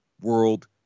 world